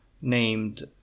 named